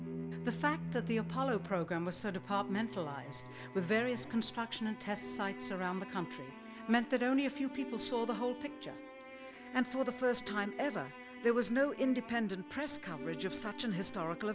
and the fact that the apollo program was sort of part mental eyes the various construction and test sites around the country meant that only a few people saw the whole picture and for the first time ever there was no independent press coverage of such an historical